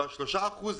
הממשלה.